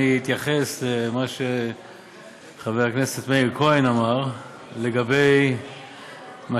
אני אתייחס למה שחבר הכנסת מאיר כהן אמר לגבי מה